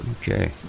Okay